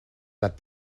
that